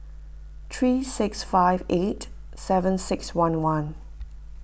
three six five eight seven six one one